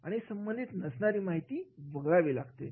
आणि संबंधित नसणारी माहिती वगळावी लागते